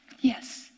Yes